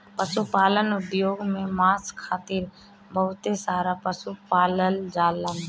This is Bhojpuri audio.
पशुपालन उद्योग में मांस खातिर बहुत सारा पशु पालल जालन